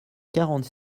quarante